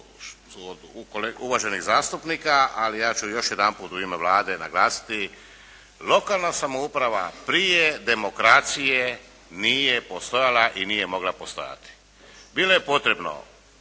od uvaženih zastupnika, ali ja ću još jedanput u ime Vlade naglasiti, lokalna samouprava prije demokracije nije postojala i nije mogla postojati. Bilo je potrebno